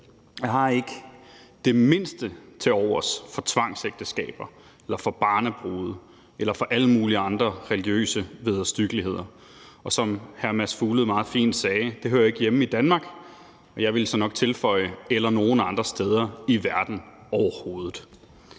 Jeg har ikke det mindste tilovers for tvangsægteskaber eller for barnebrude eller for alle mulige andre religiøse vederstyggeligheder. Og som hr. Mads Fuglede meget fint sagde: Det hører ikke hjemme i Danmark. Og jeg vil så nok tilføje: eller nogen andre steder i verden overhovedet.